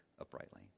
uprightly